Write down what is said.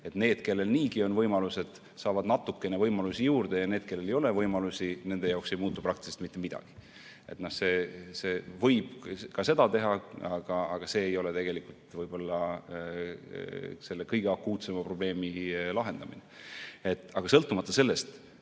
et need, kellel niigi on võimalusi, saavad natukene võimalusi juurde, ja nende jaoks, kellel ei ole võimalusi, ei muutu praktiliselt mitte midagi. Võib ka seda teha, aga see ei ole tegelikult võib-olla selle kõige akuutsema probleemi lahendamine. Aga sõltumata sellest,